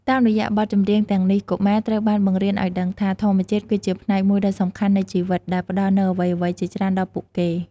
តាមរយៈបទចម្រៀងទាំងនេះ កុមារត្រូវបានបង្រៀនឲ្យដឹងថា ធម្មជាតិគឺជាផ្នែកមួយដ៏សំខាន់នៃជីវិត ដែលផ្ដល់នូវអ្វីៗជាច្រើនដល់ពួកគេ។